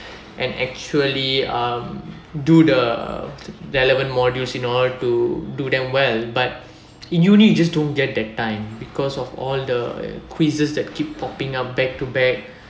and actually um do the relevant modules in order to do them well but in uni you just don't get that time because of all the quizzes that keep popping up back to back